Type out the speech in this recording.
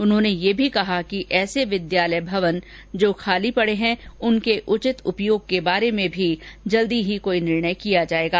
उन्होंने यह भी कहा कि ऐसे विद्यालय भवन जो खाली पड़े हैँ उनके उचित उपयोग के बारे में भी जल्द ही कोई निर्णय किया जायेगा